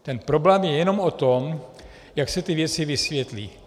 Ten problém je jenom o tom, jak se ty věci vysvětlí.